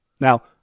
Now